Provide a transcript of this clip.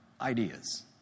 ideas